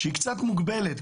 קצת מוגבלת.